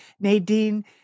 Nadine